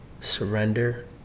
surrender